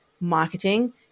marketing